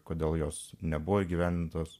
kodėl jos nebuvo įgyvendintos